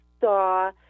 saw